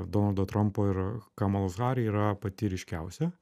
donaldo trampo ir kamalos hari yra pati ryškiausia